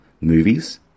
Movies